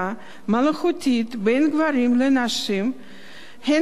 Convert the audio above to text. הפרדה מלאכותית בין גברים לנשים הם